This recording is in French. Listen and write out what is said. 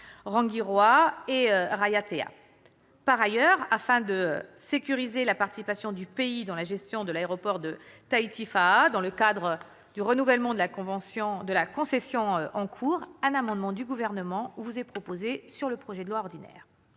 Rangiroa et Raiatea. Par ailleurs, afin de sécuriser la participation du pays dans la gestion de l'aéroport de Tahiti-Faaa dans le cadre du renouvellement de la concession en cours, un amendement du Gouvernement au projet de loi ordinaire